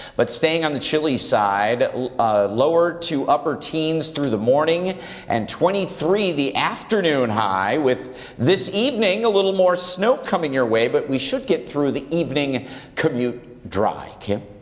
but staying on the chilly side, ah lower to upper teens throughout the morning and twenty three the afternoon high with this evening a little more snow coming your way but we should get through the evening commute dry. kim?